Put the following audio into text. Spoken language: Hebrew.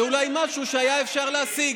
זה אולי משהו שהיה אפשר להשיג.